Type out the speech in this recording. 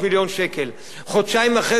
חודשיים אחרי זה התברר שחסר כסף,